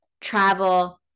travel